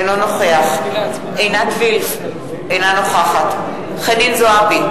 אינו נוכח עינת וילף, אינה נוכחת חנין זועבי,